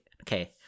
okay